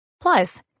Plus